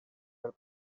del